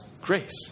grace